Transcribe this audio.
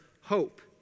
hope